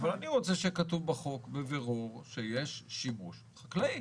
אבל אני רוצה שיהיה כתוב בחוק בבירור שיש שימוש חקלאי.